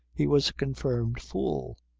he was a confirmed fool.